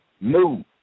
move